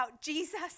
Jesus